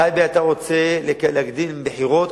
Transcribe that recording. בטייבה אתה רוצה להקדים בחירות,